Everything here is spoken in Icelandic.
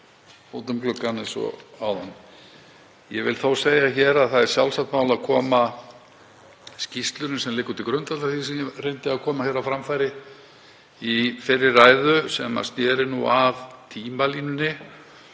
eins og áðan. Ég vil þó segja hér að það er sjálfsagt mál að koma að skýrslunni sem liggur til grundvallar því sem ég reyndi að koma hér á framfæri í fyrri ræðu, því sem sneri að tímalínunni